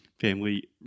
family